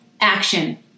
action